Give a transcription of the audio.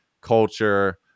culture